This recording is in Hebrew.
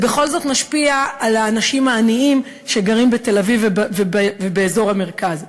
זה בכל זאת משפיע על האנשים העניים שגרים בתל-אביב ובאזור המרכז,